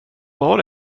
var